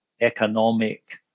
economic